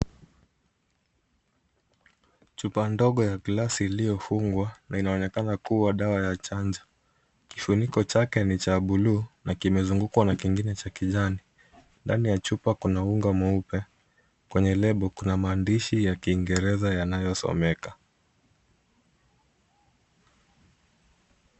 Chupa ndogo ya glasi iliyofungwa na inaonekana kuwa dawa ya chanjo. Kifuniko chake ni cha bulu na kimefunikwa na kingine cha kijani. Ndani ya chupa kuna unga mweupe kwenye lebo kuna maandishi ya kiingereza yanayosomeka.